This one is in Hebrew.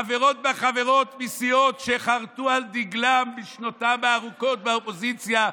חברות בה חברות מסיעות שחרתו על דגלן בשנותיהן הארוכות באופוזיציה,